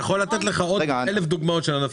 אני יכול לתת לך עוד 1,000 דוגמאות של ענפים